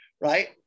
right